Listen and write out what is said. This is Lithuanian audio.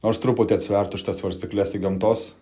nors truputį atsvertų šitas svarstykles į gamtos